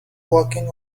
walking